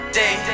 day